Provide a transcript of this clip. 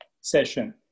session